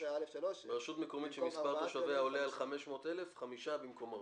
רשות מקומית שמספר תושביה עולה על 500,000 חמישה במקום ארבעה.